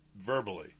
verbally